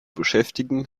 beschäftigen